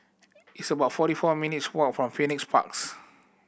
it's about forty four minutes' walk from Phoenix Parks